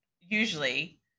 usually